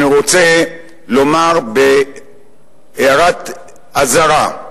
אני רוצה לומר בהערת אזהרה: